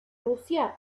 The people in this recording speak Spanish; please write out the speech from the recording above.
rusia